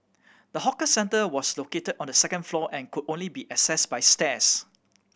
the hawker centre was located on the second floor and could only be access by stairs